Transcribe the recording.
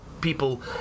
people